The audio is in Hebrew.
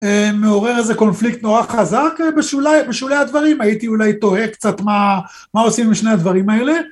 מעורר איזה קונפליקט נורא חזק בשולי הדברים, הייתי אולי תוהה קצת מה מה עושים עם שני הדברים האלה.